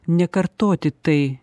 ne kartoti tai